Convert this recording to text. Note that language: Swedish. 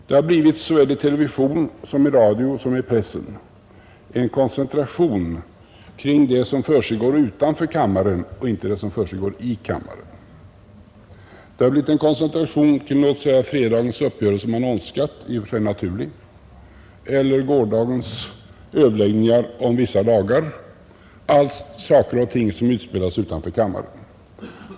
Det har blivit såväl i televisionen och radion som i pressen en koncentration kring det som försiggår utanför kammaren och inte kring det som försiggår i kammaren. Det har blivit en koncentration kring sådant som fredagens uppgörelse om annonsskatt, vilket i och för sig är naturligt, och gårdagens överläggningar om vissa lagar — allt saker och ting som utspelas utanför kammaren.